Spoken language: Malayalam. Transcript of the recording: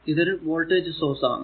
ഇതൊരു വോൾടേജ് സോഴ്സ് ആണ്